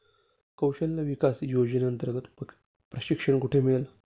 कौशल्य विकास योजनेअंतर्गत प्रशिक्षण कुठे मिळेल?